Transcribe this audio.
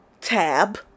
tab